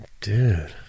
dude